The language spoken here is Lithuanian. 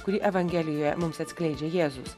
kurį evangelijoje mums atskleidžia jėzus